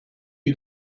you